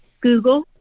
Google